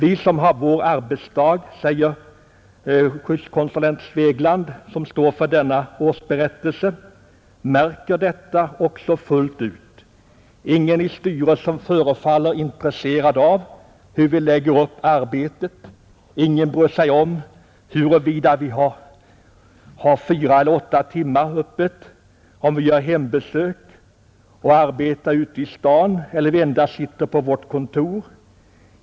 I rapporten heter det vidare: ”Vi, som har vår arbetsdag inom frivården, märker detta också fullt ut. Ingen i Styrelsen förefaller vara intresserad av, hur vi lägger upp arbetet. Ingen bryr sig om, huruvida vi har öppet fyra eller åtta timmar, om vi gör hembesök eller arbetar ute på stan eller vi endast sitter på vårt kontor.